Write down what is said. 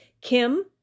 Kim